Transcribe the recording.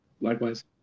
Likewise